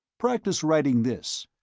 practice writing this,